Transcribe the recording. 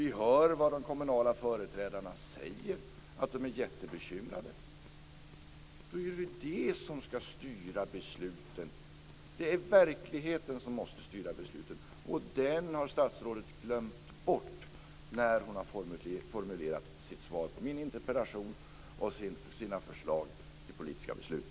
Vi hör de kommunala företrädarna säga att de är jättebekymrade. Det är verkligheten som måste styra besluten, och den har statsrådet glömt bort när hon har formulerat sitt svar på min interpellation och sina förslag till politiska beslut.